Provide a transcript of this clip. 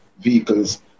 vehicles